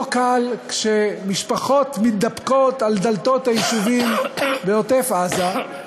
לא קל כשמשפחות מידפקות על דלתות היישובים בעוטף-עזה,